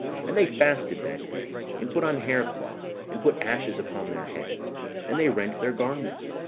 and they fasted that day, and put on haircloth, and put ashes upon their heads and they rent their garments